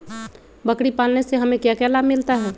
बकरी पालने से हमें क्या लाभ मिलता है?